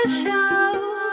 show